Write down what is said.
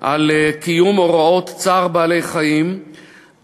על קיום הוראות חוק צער בעלי-חיים (הגנה על בעלי-חיים),